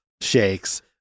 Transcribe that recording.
Shakes